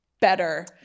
better